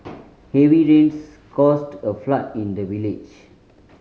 heavy rains caused a flood in the village